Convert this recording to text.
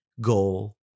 goal